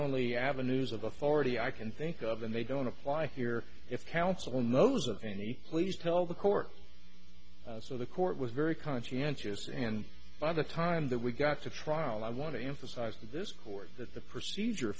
only avenues of authority i can think of and they don't apply here if council knows of any please tell the court so the court was very conscientious and by the time that we got to trial i want to emphasize that this court that the procedure